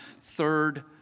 third